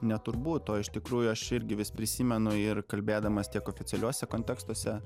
ne turbūt o iš tikrųjų aš irgi vis prisimenu ir kalbėdamas tiek oficialiuose kontekstuose